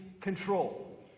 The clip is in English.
control